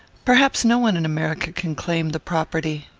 perhaps no one in america can claim the property